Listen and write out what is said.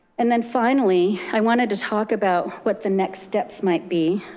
and then finally, i wanted to talk about what the next steps might be